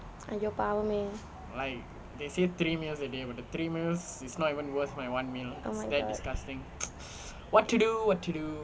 !aiyo! பாவமே:paavame oh my god